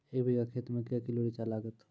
एक बीघा खेत मे के किलो रिचा लागत?